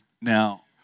Now